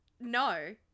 No